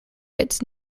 its